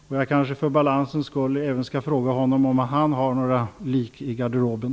För balansens skull kanske jag även skall fråga honom om han har några lik i garderoben.